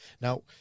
Now